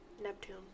Neptune